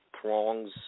throngs